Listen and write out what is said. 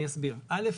אני אסביר: א',